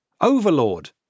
Overlord